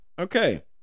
Okay